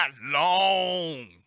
long